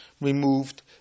removed